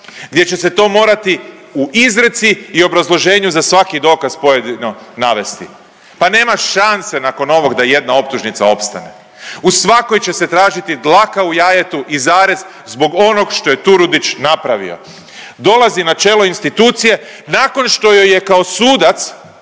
gdje će se to morati u izreci i obrazloženju za svaki dokaz pojedino navesti. Pa nema šanse nakon ovog da jedna optužnica opstane. U svakoj će se tražiti dlaka u jajetu i zarez zbog onog što je Turudić napravio. Dolazi na čelo institucije nakon što joj je kao sudac